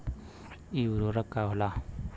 इ उर्वरक का होला?